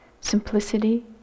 simplicity